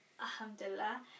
Alhamdulillah